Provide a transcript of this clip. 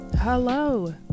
hello